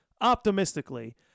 optimistically